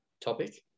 topic